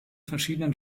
verschiedenen